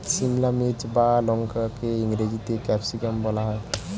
সিমলা মির্চ বা লঙ্কাকে ইংরেজিতে ক্যাপসিকাম বলা হয়